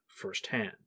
firsthand